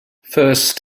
first